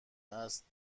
است